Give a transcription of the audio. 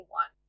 one